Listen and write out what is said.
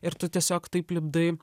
ir tu tiesiog taip lipdai